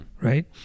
right